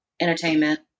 Entertainment